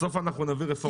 בסוף אנחנו נביא רפורמה.